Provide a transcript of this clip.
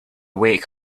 wake